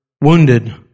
wounded